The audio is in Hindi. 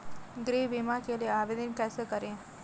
गृह बीमा के लिए आवेदन कैसे करें?